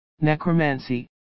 necromancy